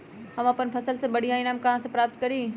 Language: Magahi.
हम अपन फसल से बढ़िया ईनाम कहाँ से प्राप्त करी?